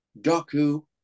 Doku